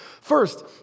First